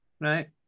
Right